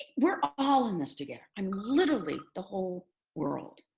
we're all in this together. um literally the whole world.